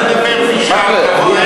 אני יכול לקבל הצעה לסדר-היום אחרי שאני עולה,